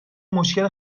مشکل